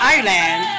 Ireland